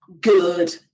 good